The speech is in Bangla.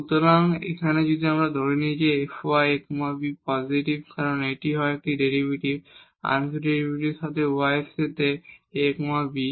সুতরাং যদি আমরা ধরে নিই যে এই fy a b পজিটিভ কারণ এটি হয় একটি ডেরিভেটিভ আংশিক ডেরিভেটিভের সাথে y এ a b